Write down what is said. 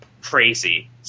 crazy